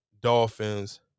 dolphins